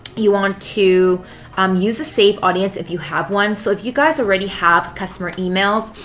you want to um use the saved audience, if you have one. so if you guys already have customer emails,